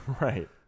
Right